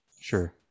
Sure